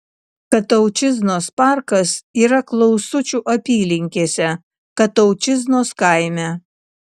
kataučiznos parkas yra klausučių apylinkėse kataučiznos kaime